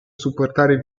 supportare